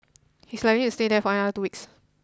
he is likely to stay there for another two weeks